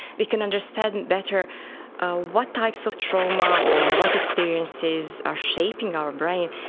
we can understand and better ah what types of trauma or what experiences are shaping our brain,